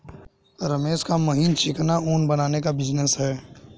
रमेश का महीन चिकना ऊन बनाने का बिजनेस है